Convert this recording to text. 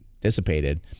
dissipated